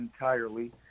entirely